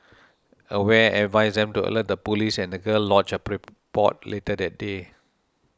aware advised them to alert the police and the girl lodged a report later that day